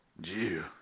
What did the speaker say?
Jew